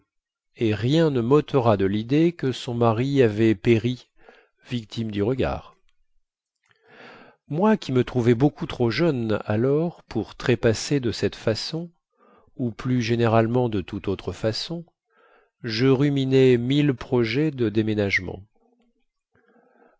et rien ne môtera de lidée que son mari avait péri victime du regard moi qui me trouvais beaucoup trop jeune alors pour trépasser de cette façon ou plus généralement de toute autre façon je ruminais mille projets de déménagement